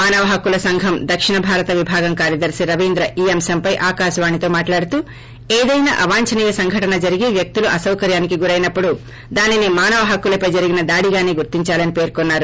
మానవ హక్కుల సంఘం దక్షిణ భారత విభాగం కార్యదర్చి రవీంద్ర ఈ అంశంపై ఆకాశవాణితో మాట్లాడుతూ ఏదైనా అవాంఛనీయ సంఘటన జరిగి వ్వక్తులు అసౌకర్వానికి గురైనప్పుడు దానిని మానవ హక్కులపై జరిగిన దాడిగానే గుర్తించాలని పేర్కొన్నారు